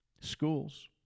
schools